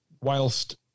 whilst